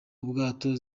ubwato